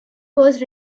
was